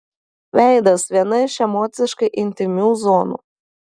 veidas viena iš emociškai intymių zonų